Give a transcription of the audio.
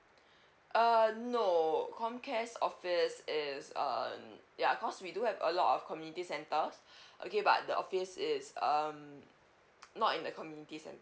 err no comcare's office is um ya of course we do have a lot of community centres okay but the office is um not in the community centre